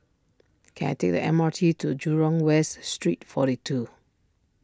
can I take the M R T to Jurong West Street forty two